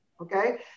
okay